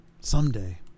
someday